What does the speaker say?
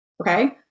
okay